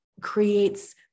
creates